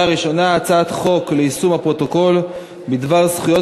הצעת חוק ליישום הפרוטוקול בדבר זכויות